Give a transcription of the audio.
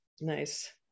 Nice